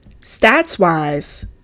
Stats-wise